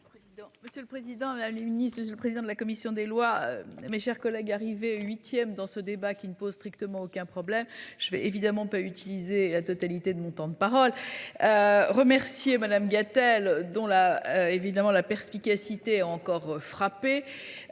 Monsieur le président. La c'est le président de la commission des lois, mes chers collègues arrivés 8ème dans ce débat qui ne pose strictement aucun problème. Je vais évidemment pas utiliser la totalité de mon temps de parole. Remercier Madame Gatel dont la évidemment la perspicacité encore frappé.